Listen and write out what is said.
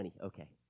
okay